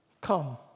Come